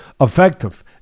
effective